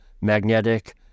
magnetic